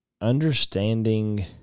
understanding